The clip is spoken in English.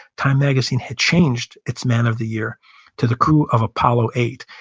time magazine had changed it's man of the year to the crew of apollo eight.